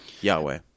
Yahweh